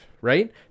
right